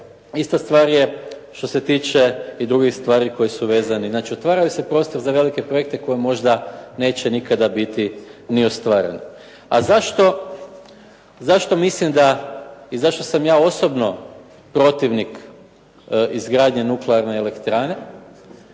Ista stvar je što se tiče i drugih stvari koje su vezani. Znači otvaraju se prostori za velike projekte koji možda neće nikada biti ni ostvareni. A zašto mislim da i zašto sam ja osobno protivnik izgradnje nuklearne elektrane